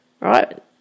Right